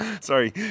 Sorry